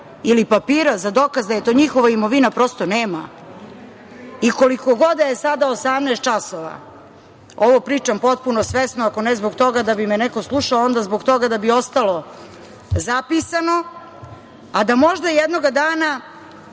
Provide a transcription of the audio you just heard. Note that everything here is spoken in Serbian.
ili papira da je to njihova imovina prosto nema. Koliko god da je sada 18 časova, ovo pričam potpuno svesno, ako ne zbog toga da bi me neko slušao, onda zbog toga da bi ostalo zapisano, a da možda jednoga dana